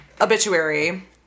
obituary